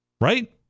right